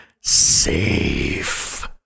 safe